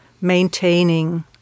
maintaining